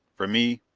for me,